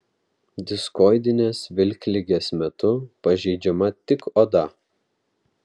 diskoidinės vilkligės metu pažeidžiama tik oda